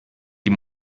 die